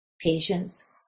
patience